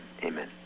amen